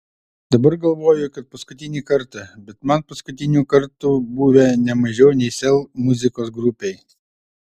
dabar galvoju kad paskutinį kartą bet man paskutinių kartų buvę ne mažiau nei sel muzikos grupei